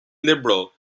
liberal